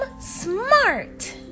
smart